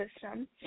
system